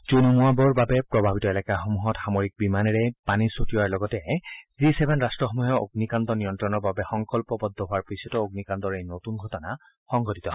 জুই নুমুৱাৰ বাবে প্ৰভাৱিত এলেকাসমূহত সামৰিক বিমানেৰে পানী ছটিয়াই থকাৰ লগতে জি ছেভেন ৰাট্টসমূহে অগ্নিকাণ্ড নিয়ন্ত্ৰণৰ বাবে সংকল্পবদ্ধ হোৱাৰ পিছতো অগ্নিকাণ্ডৰ এই নতুন ঘটনা সংঘটিত হয়